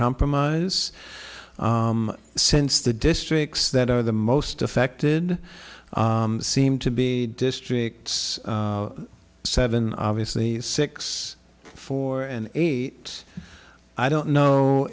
compromise since the districts that are the most affected seem to be districts seven obviously six four and eight i don't know